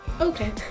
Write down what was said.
Okay